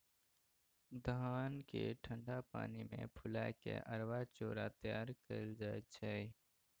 धान केँ ठंढा पानि मे फुला केँ अरबा चुड़ा तैयार कएल जाइ छै